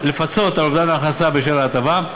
לפצות על אובדן ההכנסה בשל ההטבה.